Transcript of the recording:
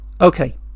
Okay